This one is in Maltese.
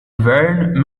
gvern